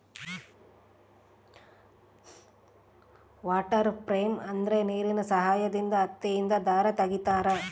water frame ಅಂದ್ರೆ ನೀರಿನ ಸಹಾಯದಿಂದ ಹತ್ತಿಯಿಂದ ದಾರ ತಗಿತಾರ